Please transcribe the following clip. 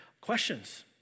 questions